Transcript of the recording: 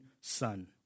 son